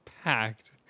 packed